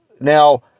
now